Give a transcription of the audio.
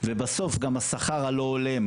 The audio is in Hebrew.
ובסוף גם השכר הלא הולם.